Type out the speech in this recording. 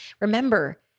Remember